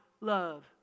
love